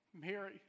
Mary